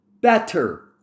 better